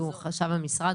חשב המשרד,